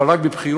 אבל רק בבחירות,